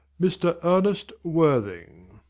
mr. ernest worthing.